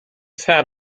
sat